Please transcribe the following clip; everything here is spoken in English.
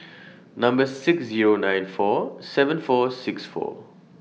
Number six Zero nine four seven four six four